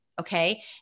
okay